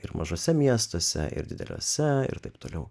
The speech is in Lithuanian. ir mažuose miestuose ir dideliuose ir taip toliau